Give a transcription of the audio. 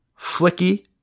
Flicky